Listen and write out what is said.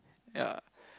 ya